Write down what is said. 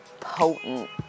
potent